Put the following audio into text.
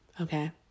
Okay